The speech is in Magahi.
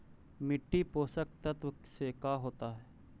मिट्टी पोषक तत्त्व से का होता है?